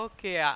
Okay